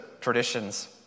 traditions